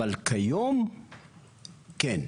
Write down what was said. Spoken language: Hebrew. אבל כיום כן.